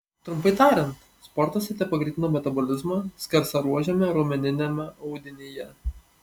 trumpai tariant sportas ryte pagreitino metabolizmą skersaruožiame raumeniniame audinyje